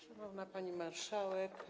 Szanowna Pani Marszałek!